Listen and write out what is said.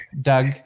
Doug